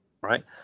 Right